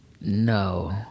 no